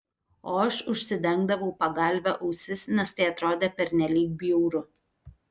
o aš užsidengdavau pagalve ausis nes tai atrodė pernelyg bjauru